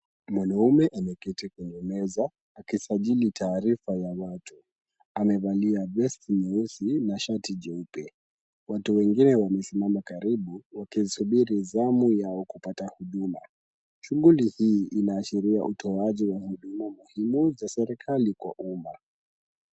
Mwanamume ameketi kwenye meza akisajili taarifa ya watu. Amevalia vesti jeusi na shati nyeupe. Watu wengine wamesimama karibu wakisubiri zamu yao kupata huduma. Shughuli hii inaashiria utoaji wa huduma muhimu za serikali kwa umma.